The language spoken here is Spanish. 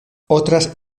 otras